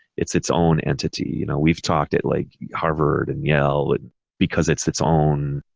it's its own entity. you know, we've talked at like harvard and yale because it's its own,